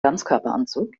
ganzkörperanzug